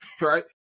right